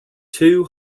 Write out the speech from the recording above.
two